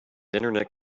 internet